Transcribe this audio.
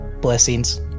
blessings